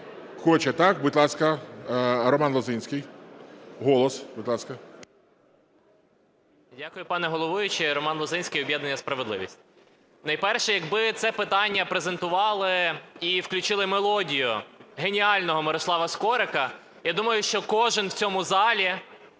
Хоче. Будь ласка, Роман Лозинський, "Голос", будь ласка. 11:52:51 ЛОЗИНСЬКИЙ Р.М. Дякую, пане головуючий. Роман Лозинський, об'єднання "Справедливість". Найперше, якби це питання презентували і включили мелодію геніального Мирослава Скорика, я думаю, що кожен в цьому залі